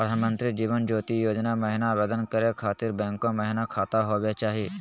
प्रधानमंत्री जीवन ज्योति योजना महिना आवेदन करै खातिर बैंको महिना खाता होवे चाही?